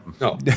No